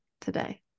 today